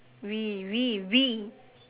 we we we